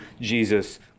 Jesus